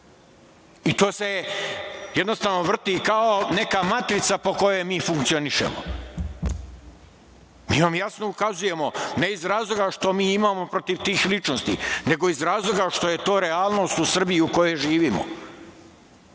To se jednostavno vrti kao neka matrica po kojoj mi funkcionišemo. Mi vam jasno ukazujemo, ne iz razloga što mi imamo protiv tih ličnosti, nego iz razloga što je to realnost u Srbiji u kojoj živimo.